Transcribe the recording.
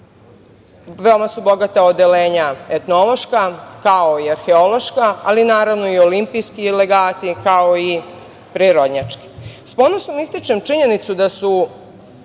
veoma su bogata odeljenja etnološka, kao i arheološka, ali naravno i olimpijski legati, kao i prirodnjački.S ponosom ističem činjenicu da su